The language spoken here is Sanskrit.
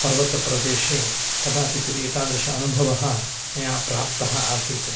पर्वतप्रदेशे कदाचित् एतादृशः अनुभवः मया प्राप्तः आसीत्